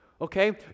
okay